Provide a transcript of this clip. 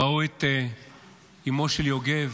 ראו את אימו של יגב,